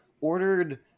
ordered